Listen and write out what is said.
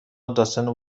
داستان